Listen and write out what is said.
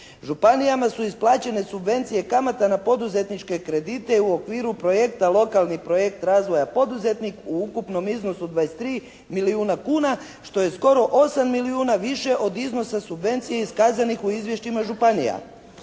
Županijama su isplaćene subvencije kamata na poduzetničke kredite u okviru projekta "Lokalni projekt razvoja poduzetnik" u ukupnom iznosu 23 milijuna kuna što je skoro 8 milijuna više od iznosa subvencije iskazanih u izvješćima županija.